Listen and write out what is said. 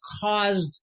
caused